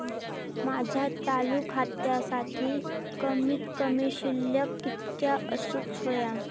माझ्या चालू खात्यासाठी कमित कमी शिल्लक कितक्या असूक होया?